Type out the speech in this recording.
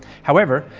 however,